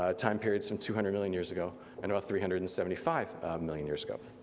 ah time periods from two hundred million years ago and about three hundred and seventy five million years ago.